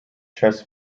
chess